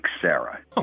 Sarah